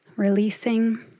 releasing